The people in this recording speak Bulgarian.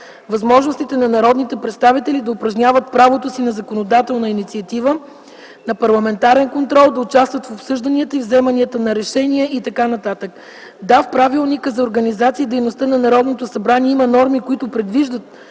възможностите на народните представители да упражняват правото си на законодателна инициатива, на парламентарен контрол, да участват в обсъжданията и вземането на решения и т.н. Да, в Правилника за организацията и дейността на Народното събрание има норми, които предвиждат